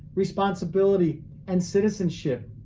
responsibility and citizenship.